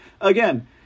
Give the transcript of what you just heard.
again